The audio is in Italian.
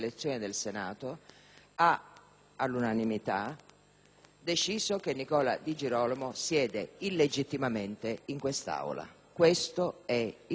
ha all'unanimità deciso che Nicola Di Girolamo siede illegittimamente in quest'Aula. Questo è il punto.